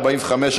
45,